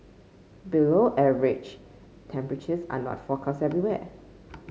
below average temperatures are not forecast everywhere